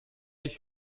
ich